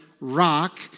rock